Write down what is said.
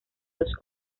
los